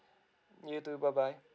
you too bye bye